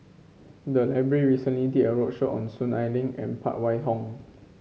the library recently did a roadshow on Soon Ai Ling and Phan Wait Hong